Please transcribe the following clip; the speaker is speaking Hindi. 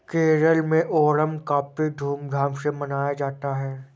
केरल में ओणम काफी धूम धाम से मनाया जाता है